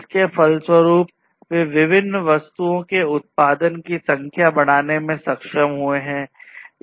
इसके फलस्वरूप वे विभिन्न वस्तुओं के उत्पादन की संख्या बढ़ाने में सक्षम हुए हैं